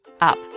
up